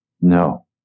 No